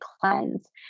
cleanse